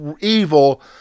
evil